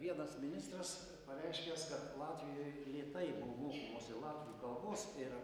vienas ministras pareiškęs kad latvijoj lėtai buvo mokomasi latvių kalbos ir